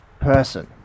person